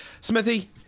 Smithy